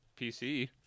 PC